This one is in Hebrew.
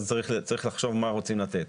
צריך לחשוב מה רוצים לתת.